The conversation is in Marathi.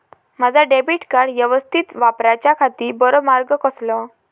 माजा डेबिट कार्ड यवस्तीत वापराच्याखाती बरो मार्ग कसलो?